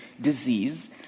disease